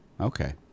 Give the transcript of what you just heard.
Okay